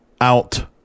out